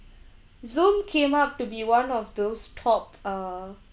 zoom came up to be one of those top uh